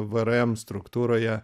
vrm struktūroje